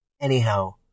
Anyhow